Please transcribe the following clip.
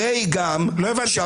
99.9 --- הרי גם שמענו --- לא הבנתי,